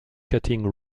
cutting